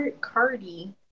Cardi